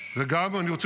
וגם,